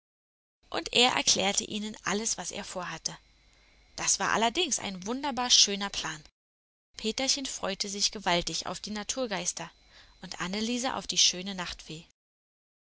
und er erklärte ihnen alles was er vorhatte das war allerdings ein wunderbar schöner plan peterchen freute sich gewaltig auf die naturgeister und anneliese auf die schöne nachtfee